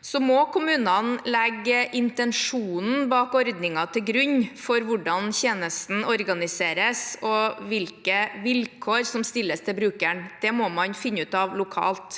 liv. Kommunene må legge intensjonen bak ordningen til grunn for hvordan tjenesten organiseres, og hvilke vilkår som stilles til brukeren. Det må man finne ut av lokalt.